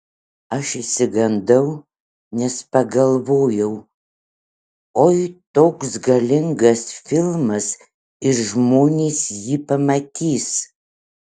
aš išsigandau nes pagalvojau oi toks galingas filmas ir žmonės jį pamatys